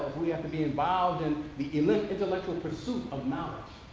we have to be involved in the elite intellectual pursuit of knowledge.